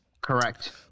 Correct